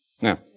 Now